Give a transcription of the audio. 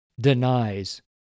denies